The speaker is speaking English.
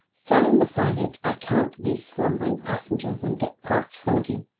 standing beside it, i count these slumbering passengers, and get past forty.